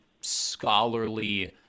scholarly